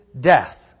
death